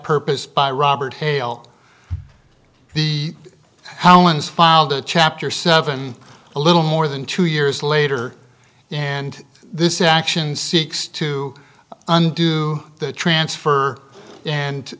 purpose by robert hale the howland's filed a chapter seven a little more than two years later and this action seeks to undo the transfer and